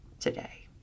today